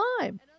time